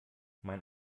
mein